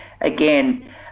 again